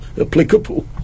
applicable